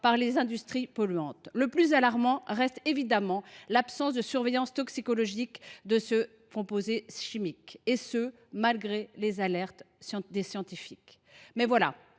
participer à cet effort. Le plus alarmant reste évidemment l’absence de surveillance toxicologique de ces composés chimiques, et ce malgré les alertes des scientifiques.